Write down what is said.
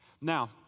Now